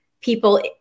people